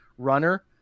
runner